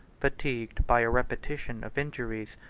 fatigued by a repetition of injuries,